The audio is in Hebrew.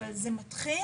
אבל זה מתחיל